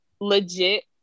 legit